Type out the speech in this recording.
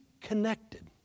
connected